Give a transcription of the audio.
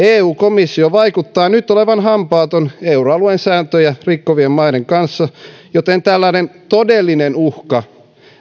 eu komissio vaikuttaa nyt olevan hampaaton euroalueen sääntöjä rikkovien maiden kanssa joten tällainen todellinen uhka